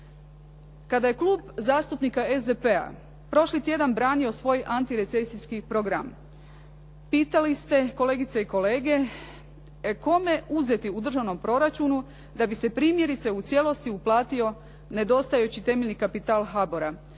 Kada je Klub zastupnika SDP-a prošli tjedan branio svoj antirecesijski program pitali ste kolegice i kolege kome uzeti u državnom proračunu da bi se primjerice u cijelosti uplatio nedostajući temeljni kapital HABOR-a